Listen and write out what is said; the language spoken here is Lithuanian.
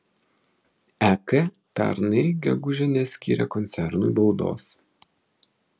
ek pernai gegužę neskyrė koncernui baudos